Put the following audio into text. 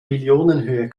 millionenhöhe